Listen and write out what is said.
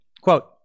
Quote